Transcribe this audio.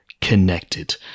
connected